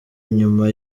inyuma